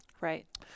Right